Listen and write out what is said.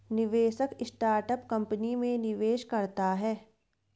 निवेशक startup company में निवेश करता है